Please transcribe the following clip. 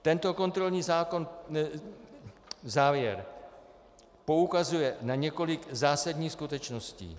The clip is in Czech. Tento kontrolní závěr poukazuje na několik zásadních skutečností.